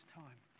time